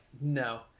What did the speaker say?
no